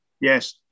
Yes